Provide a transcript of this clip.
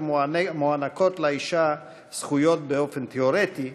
מוענקות לאישה זכויות באופן תיאורטי,